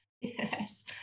Yes